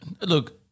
Look